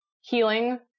healing